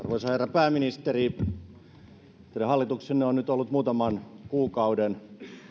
pääministeri teidän hallituksenne on nyt ollut muutaman kuukauden